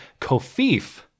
Kofif